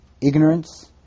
ignorance